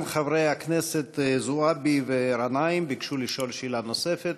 גם חברי הכנסת זועבי וגנאים ביקשו לשאול שאלה נוספת,